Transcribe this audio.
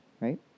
right